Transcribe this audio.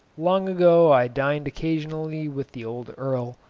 long ago i dined occasionally with the old earl,